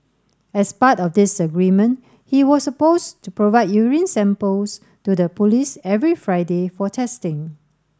as part of this agreement he was supposed to provide urine samples to the police every Friday for testing